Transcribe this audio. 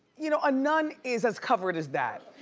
you know a nun is as covered as that.